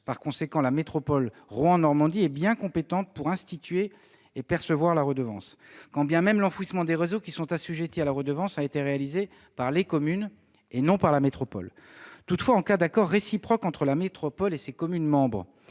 Par conséquent, la métropole Rouen Normandie est bien compétente pour instituer et percevoir la redevance, quand bien même l'enfouissement des réseaux qui sont assujettis à la redevance a été réalisé par les communes et non par la métropole. Toutefois, en cas d'accord réciproque entre la métropole et ses communes membres,